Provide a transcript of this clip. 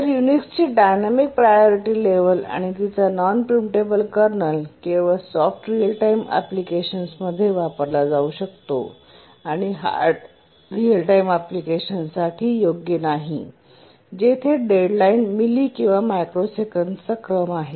तर युनिक्सची dynamic priority level आणि तिचा नॉन प्रिम्पटेबल कर्नल केवळ सॉफ्ट रीअल टाइम अँप्लिकेशन्समध्ये वापरला जाऊ शकतो आणि हार्ड रीअल टाइम अँप्लिकेशन्सठी योग्य नाही जेथे डेडलाइन मिली किंवा मायक्रोसेकँड्सचा क्रम आहे